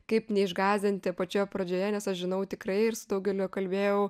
kaip neišgąsdinti pačioje pradžioje nes aš žinau tikrai ir su daugeliu kalbėjau